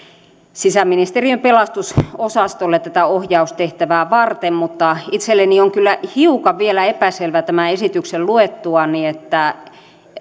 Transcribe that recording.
sisäministeriön pelastusosastolle tätä ohjaustehtävää varten mutta itselleni on kyllä vielä hiukan epäselvää tämän esityksen luettuani